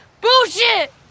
Bullshit